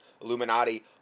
Illuminati